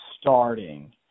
starting